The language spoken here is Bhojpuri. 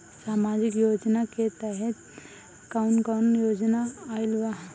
सामाजिक योजना के तहत कवन कवन योजना आइल बा?